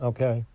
Okay